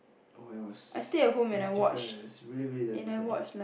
oh it was it was different eh it's really really damn different